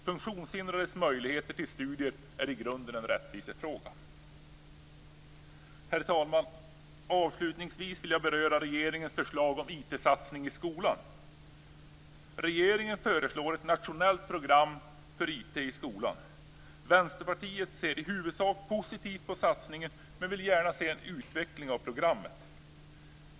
Funktionshindrades möjligheter till studier är i grunden en rättvisefråga. Herr talman! Avslutningsvis vill jag beröra regeringens förslag om IT-satsning i skolan. Regeringen föreslår ett nationellt program för IT i skolan. Vänsterpartiet ser i huvudsak positivt på satsningen men vill gärna se en utveckling av programmet.